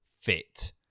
fit